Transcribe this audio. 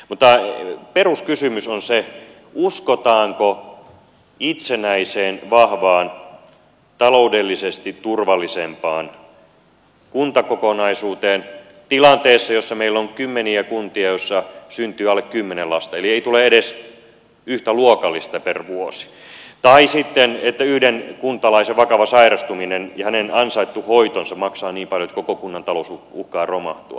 mutta peruskysymys on se uskotaanko itsenäiseen vahvaan taloudellisesti turvallisempaan kuntakokonaisuuteen tilanteessa jossa meillä on kymmeniä kuntia joissa syntyy alle kymmenen lasta eli ei tule edes yhtä luokallista per vuosi tai sitten yhden kuntalaisen vakava sairastuminen ja hänen ansaittu hoitonsa maksaa niin paljon että koko kunnan talous uhkaa romahtaa